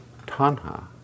tanha